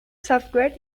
software